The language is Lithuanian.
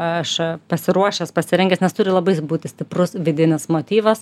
aš pasiruošęs pasirengęs nes turi labai būti stiprus vidinis motyvas